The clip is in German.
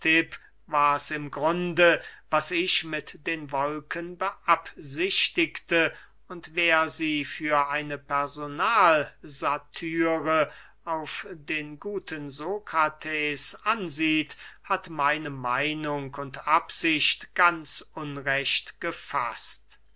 war's im grunde was ich mit den wolken beabsichtigte und wer sie für eine personalsatire auf den guten sokrates ansieht hat meine meinung und absicht ganz unrecht gefaßt